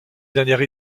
dernière